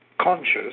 conscious